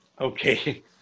okay